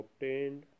obtained